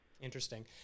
interesting